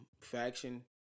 faction